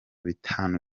bitanu